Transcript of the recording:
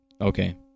Okay